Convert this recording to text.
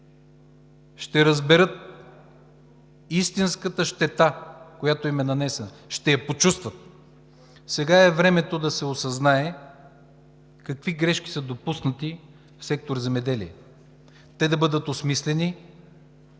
ще разберат истинската щета, която им е нанесена, ще я почувстват. Сега е времето да се осъзнае какви грешки са допуснати в сектор „Земеделие“, те да бъдат осмислени,